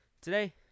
today